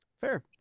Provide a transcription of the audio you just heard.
Fair